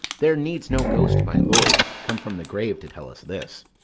there needs no ghost, my lord, come from the grave to tell us this.